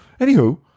anywho